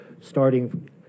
starting